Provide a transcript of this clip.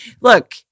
Look